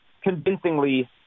convincingly